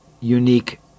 unique